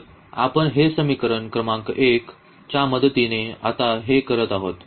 तर आपण हे समीकरण क्रमांक 1 च्या मदतीने आता हे करत आहोत